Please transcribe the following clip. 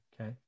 Okay